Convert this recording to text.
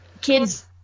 kids